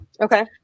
Okay